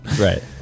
right